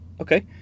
Okay